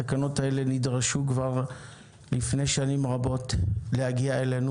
התקנות האלה נדרשו כבר לפני שנים רבות להגיע אלינו